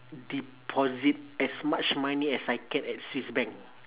deposit as much money as I can at swiss bank